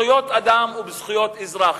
בזכויות אדם ובזכויות אזרח.